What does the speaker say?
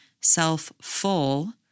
self-full